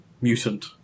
mutant